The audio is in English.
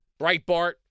Breitbart